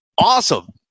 Awesome